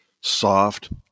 soft